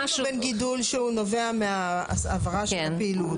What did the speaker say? מה בין גידול שהוא נובע מהעברה של הפעילות